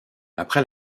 après